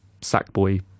Sackboy